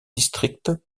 district